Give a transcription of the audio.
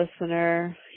listener